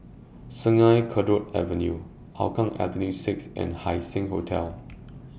Sungei Kadut Avenue Hougang Avenue six and Haising Hotel